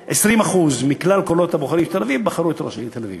15% 20% מכלל קולות הבוחרים בחרו את ראש העיר תל-אביב.